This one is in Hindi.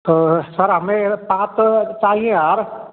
सर हमें पाँच तो चाहिए हार